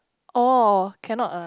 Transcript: oh cannot ah